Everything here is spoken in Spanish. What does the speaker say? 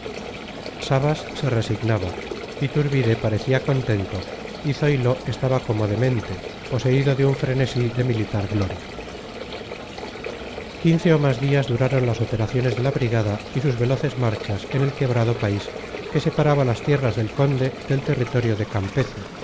sabas se resignaba iturbe parecía contento y zoilo estaba como demente poseído de un frenesí de militar gloria quince o más días duraron las operaciones de la brigada y sus veloces marchas en el quebrado país que separa las tierras del conde del territorio de campezu